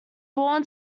born